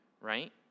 right